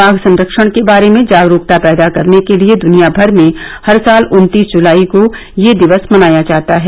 बाघ संरक्षण के बारे में जागरूकता पैदा करने के लिए दुनिया भर में हर साल उन्तीस जुलाई को यह दिवस मनाया जाता है